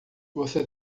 você